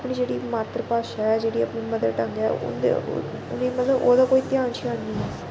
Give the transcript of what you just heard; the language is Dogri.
अपनी जेह्ड़ी मात्तर भाशा ऐ जेह्ड़ी अपनी मदर टंग ऐ उं'दे उ'नेंगी मतलब ओह्दा कोई ध्यान श्यान नी ऐ